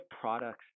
products